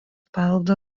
paveldo